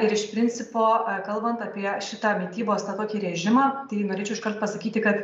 ir iš principo kalbant apie šitą mitybos tą tokį režimą tai norėčiau iškart pasakyti kad